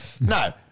No